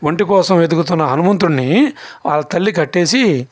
ఒంటె కోసం వెతుకుతున్న హనుమంతుడుని ఆ తల్లి కట్టేసి